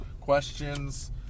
questions